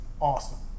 awesome